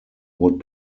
would